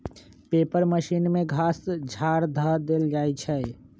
paper machine में घास झाड़ ध देल जाइ छइ